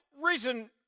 reason